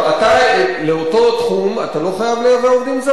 לאותו תחום אתה לא חייב לייבא עובדים זרים,